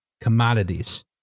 commodities